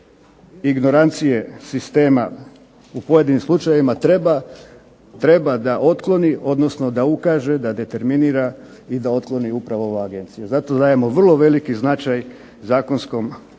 ignorancije sistema u pojedinim slučajevima treba da otkloni odnosno da ukaže da determinira i da otkloni upravo ova agencija. Zato dajemo vrlo veliki značaj zakonskom